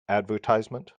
advertisement